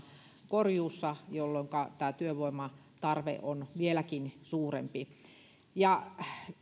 korjuussa jolloinka tämä työvoiman tarve on vieläkin suurempi